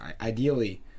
Ideally